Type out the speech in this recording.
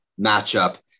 matchup